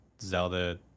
Zelda